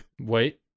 Wait